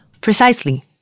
Precisely